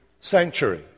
sanctuary